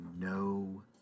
no